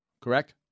correct